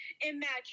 Imagine